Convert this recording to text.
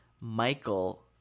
Michael